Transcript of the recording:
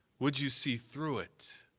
would you see through it?